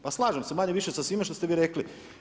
Pa slažem se manje-više sa svime što ste rekli.